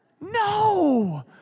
No